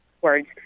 words